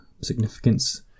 significance